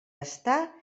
estar